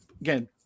Again